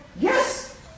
yes